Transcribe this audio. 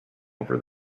over